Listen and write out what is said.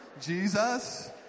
jesus